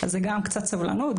אז קצת סבלנות.